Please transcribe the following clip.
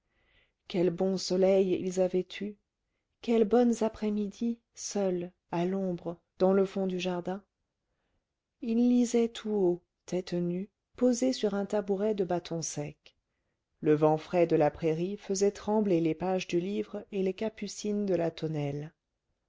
quels bons soleils ils avaient eus quelles bonnes aprèsmidi seuls à l'ombre dans le fond du jardin il lisait tout haut tête nue posé sur un tabouret de bâtons secs le vent frais de la prairie faisait trembler les pages du livre et les capucines de la tonnelle